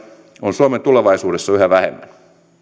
on suomen tulevaisuudessa yhä vähemmän